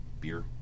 beer